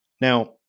Now